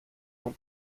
nom